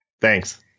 Thanks